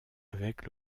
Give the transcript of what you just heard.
avec